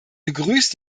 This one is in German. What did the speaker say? begrüßt